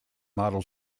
model